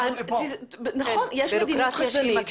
נכון, יש מדיניות כזאת.